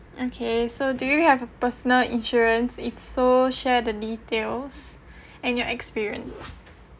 okay so do you have a personal insurance if so share the details and your experience